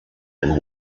and